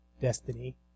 destiny